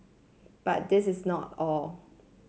but this is not all